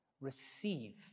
receive